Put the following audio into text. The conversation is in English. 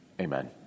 Amen